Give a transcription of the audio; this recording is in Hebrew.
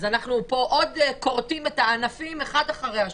אז אנחנו פה עוד כורתים את הענפים אחד אחרי השני.